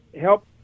help